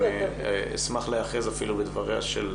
אני אשמח להיאחז אפילו בדבריה של